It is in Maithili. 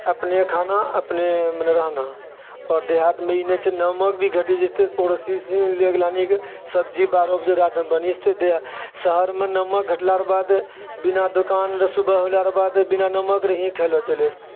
अपने खाना अपने मने रहना आओर देहातमे ई नहि छै नमक भी घटि जेतय तऽ पड़ोसीसँ लानिके सब्जी बारहओ बजे रातिमे बनि जेतय शहरमे नमक घटलारे बाद बिना दोकानरे सुबह होलारके बाद बिना नमकरे ही खेलो चली जेतय